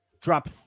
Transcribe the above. drop